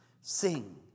Sing